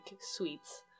sweets